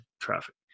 traffic